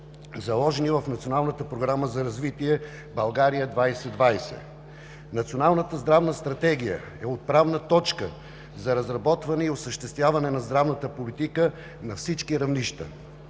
за развитие „България 2020“. Националната здравна стратегия е отправна точка за разработване и осъществяване на здравната политика на всички равнища.